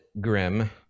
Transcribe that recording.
grim